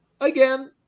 Again